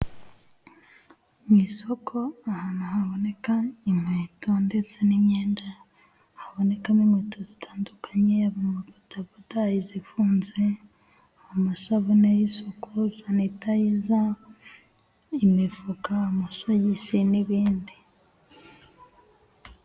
Mu isoko ahantu haboneka inkweto ndetse n'imyenda, haboneka n'inkweto zitandukanye yab'amabodaboda, izifunze, amasabune y'isuku, sanitayiza, imifuka ndetse n'ibindi.